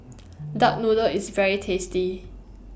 Duck Noodle IS very tasty